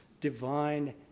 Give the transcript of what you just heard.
divine